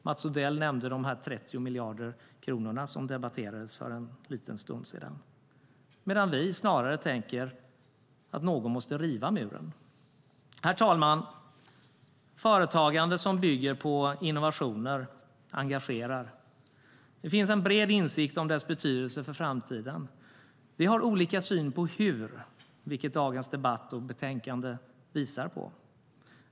Mats Odell nämnde dessa 30 miljarder kronor som debatterades för en liten stund sedan. Vi tänker snarare att någon måste riva muren. Herr talman! Ett företagande som bygger på innovationer engagerar. Det finns en bred insikt om dess betydelse för framtiden. Vi har olika syn på hur , vilket dagens debatt och betänkande visar.